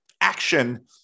action